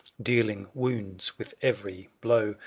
deahng wounds with every blow.